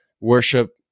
worship